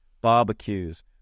Barbecues